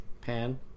Pan